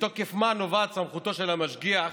ממה נובעת סמכותו של המשגיח